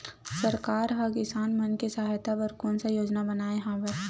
सरकार हा किसान मन के सहायता बर कोन सा योजना बनाए हवाये?